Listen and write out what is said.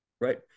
right